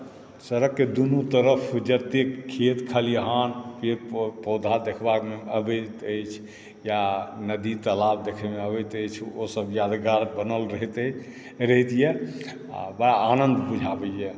सड़कके दुनु तरफ जतए खेत खलिहान पेड़ पौधा देखबाकमे अबैत अछि या नदी तलाब देखयमे अबैत अछि ओसभ यादगार बनल रहैत अछि रहतिए आ बड़ा आनन्द बुझाबैए